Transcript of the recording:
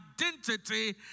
identity